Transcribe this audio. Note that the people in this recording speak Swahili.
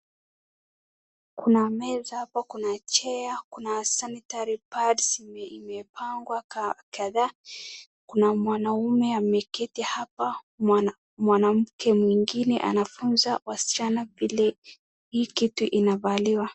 Kuna meza apo ,kuna chair kuna sanitary pads imepangwa kadhaa na mwanamume ameketi hapo. Mwanamke mwingine anafunza wasichana vile hii kitu inavaliwa.